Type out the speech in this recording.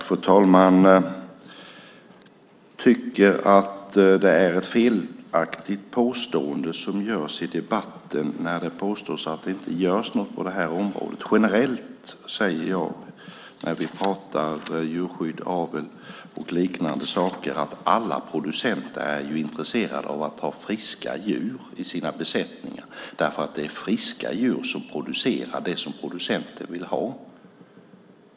Fru talman! Jag tycker att det är ett felaktigt påstående att det inte görs något på det här området. Generellt, när vi pratar om djurskydd, avel och liknande saker, är alla producenter intresserade av att ha friska djur i sina besättningar. Det är friska djur som producerar det som producenten vill ha.